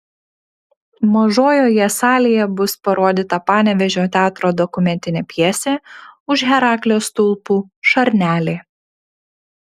mažojoje salėje bus parodyta panevėžio teatro dokumentinė pjesė už heraklio stulpų šarnelė